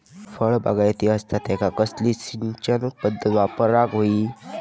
फळबागायती असता त्यांका कसली सिंचन पदधत वापराक होई?